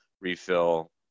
refill